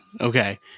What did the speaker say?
Okay